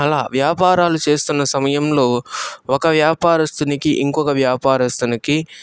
అలా వ్యాపారాలు చేస్తున్న సమయంలో ఒక వ్యాపారస్తునికి ఇంకో వ్యాపారస్తునికి